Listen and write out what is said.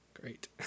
Great